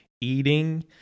eating